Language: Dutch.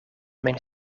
mijn